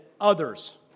others